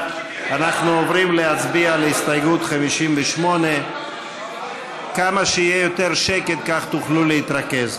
אנחנו עוברים להצביע על הסתייגות 58. כמה שיהיה יותר שקט כך תוכלו להתרכז.